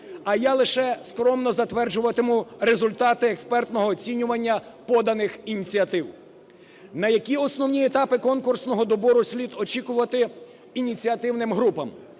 А я лише скромно затверджуватиму результати експертного оцінювання поданих ініціатив. На які основні етапи конкурсного добору слід очікувати ініціативним групам?